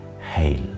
Hail